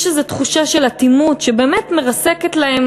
יש איזו תחושה של אטימות שבאמת מרסקת להם